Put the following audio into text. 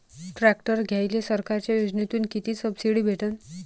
Tractor घ्यायले सरकारच्या योजनेतून किती सबसिडी भेटन?